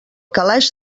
calaix